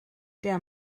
der